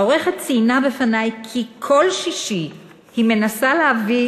העורכת ציינה בפני כי כל שישי היא מנסה להביא